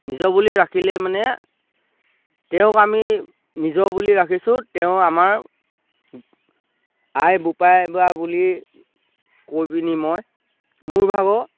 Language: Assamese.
নিজৰ বুলি ৰাখিলে মানে তেওঁক আমি নিজৰ বুলি ৰাখিছোঁ তেওঁ আমাৰ আই বোপাই বা বুলি কৈ পিনি মই মোৰভাগৰ